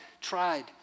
tried